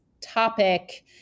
topic